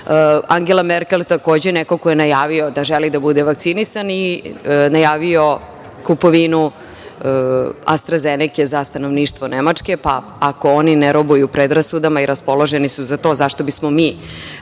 Angela Merkel takođe je neko ko je najavio da želi da bude vakcinisan i najavio kupovinu Astra Zeneke za stanovništvo Nemačke, pa ako oni ne robuju predrasudama i raspoloženi su za to, zašto bismo mi